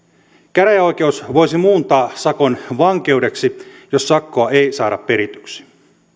käräjäoikeus voisi muuntaa sakon vankeudeksi jos sakkoa ei saada perityksi